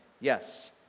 Yes